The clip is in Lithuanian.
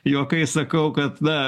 juokais sakau kad na